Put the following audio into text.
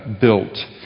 built